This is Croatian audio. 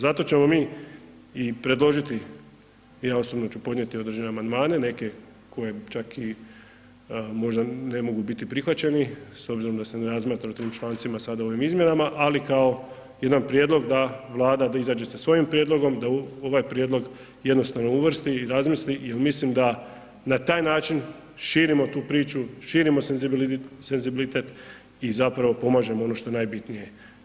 Zato ćemo mi i predložiti, ja osobno ću podnijeti određene amandmane, neke koje čak i možda ne mogu biti prihvaćeni s obzirom da se ne razmatra o tim člancima sada u ovim izmjenama, ali kao jedan prijedlog da Vlada izađe sa svojim prijedlogom, da ovaj prijedlog jednostavno uvrsti i razmisli jer mislim da na taj način širimo tu priču, širimo senzibilitet i zapravo pomažemo ono što je najbitnije.